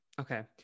Okay